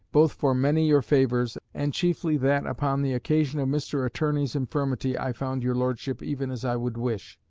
both for many your favours, and chiefly that upon the occasion of mr. attorney's infirmity i found your lordship even as i would wish.